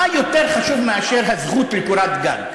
מה יותר חשוב מאשר הזכות לקורת-גג?